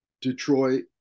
Detroit